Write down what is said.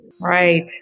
right